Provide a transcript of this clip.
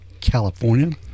california